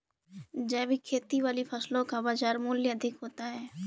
जैविक खेती वाली फसलों का बाज़ार मूल्य अधिक होता है